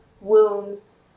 wounds